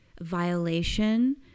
violation